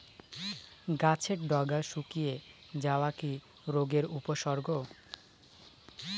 গাছের ডগা শুকিয়ে যাওয়া কি রোগের উপসর্গ?